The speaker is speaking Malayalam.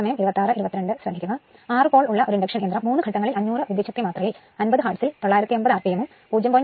6 ധ്രുവങ്ങൾ ഉള്ള ഒരു ഇൻഡക്ഷൻ യന്ത്രം 3 ഘട്ടങ്ങളിൽ 500 വിദ്യുച്ഛക്തിമാത്രയിൽ 50 ഹാർട്സിൽ 950 rpm ഉം 0